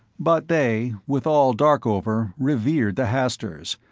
but they, with all darkover, revered the hasturs,